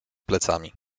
plecami